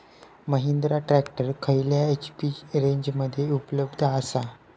Mahindra tractor खयल्या HP रेंजमध्ये उपलब्ध आसा?